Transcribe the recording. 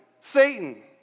Satan